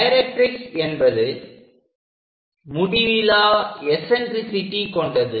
directrix என்பது முடிவிலா eccentricity கொண்டது